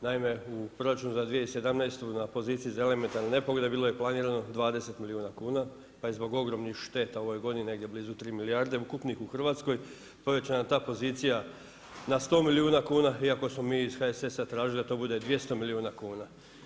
Naime, u proračunu za 2017. na poziciji za elementarne nepogode bilo je planirano 20 milijuna kuna pa je zbog ogromnih šteta u ovoj godini negdje blizu 3 milijarde ukupnih u Hrvatskoj povećana ta pozicija na 100 milijuna kuna iako smo mi iz HSS-a tražili da to bude 200 milijuna kuna.